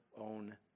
own